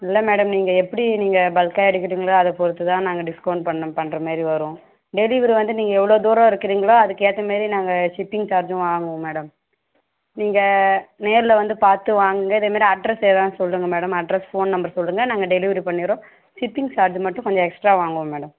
இல்லை மேடம் நீங்கள் எப்படி நீங்கள் பல்க்காக எடுக்கிறீங்களோ அதை பொறுத்து தான் நாங்கள் டிஸ்கவுண்ட் பண்ணணும் பண்றமாரி வரும் டெலிவரி வந்து நீங்கள் எவ்வளோ தூரம் இருக்கிறீங்களோ அதுக்கேற்றமேரி நாங்கள் ஷிப்பிங் சார்ஜும் வாங்குவோம் மேடம் நீங்கள் நேரில் வந்து பார்த்து வாங்குங்க இதேமாரி அட்ரஸ்ஸு ஏதா சொல்லுங்க மேடம் அட்ரஸ் ஃபோன் நம்பர் சொல்லுங்க நாங்கள் டெலிவரி பண்ணிடறோம் ஷிப்பிங் சார்ஜு மட்டும் கொஞ்சம் எக்ஸ்ட்ரா வாங்குவோம் மேடம்